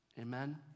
Amen